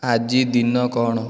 ଆଜି ଦିନ କ'ଣ